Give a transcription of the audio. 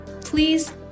Please